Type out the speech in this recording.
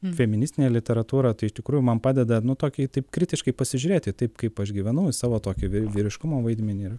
feministinė literatūra tai iš tikrųjų man padeda nu tokia taip kritiškai pasižiūrėti taip kaip aš gyvenau savo tokį vyriškumo vaidmenį